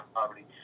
poverty